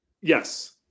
Yes